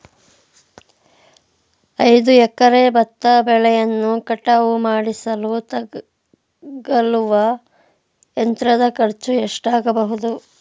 ಐದು ಎಕರೆ ಭತ್ತ ಬೆಳೆಯನ್ನು ಕಟಾವು ಮಾಡಿಸಲು ತಗಲುವ ಯಂತ್ರದ ಖರ್ಚು ಎಷ್ಟಾಗಬಹುದು?